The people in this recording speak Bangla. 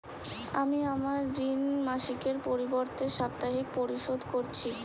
আমি আমার ঋণ মাসিকের পরিবর্তে সাপ্তাহিক পরিশোধ করছি